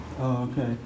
Okay